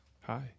hi